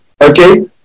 Okay